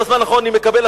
בזמן האחרון אני מקבל,